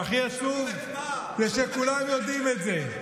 והכי עצוב זה שכולם יודעים את זה.